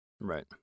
Right